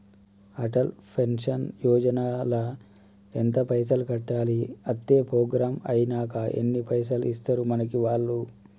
Atal pension Yojana ల ఎంత పైసల్ కట్టాలి? అత్తే ప్రోగ్రాం ఐనాక ఎన్ని పైసల్ ఇస్తరు మనకి వాళ్లు?